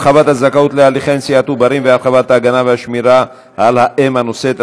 הרחבת הזכאות להליכי נשיאת עוברים והרחבת ההגנה והשמירה על האם הנושאת),